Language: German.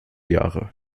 jahre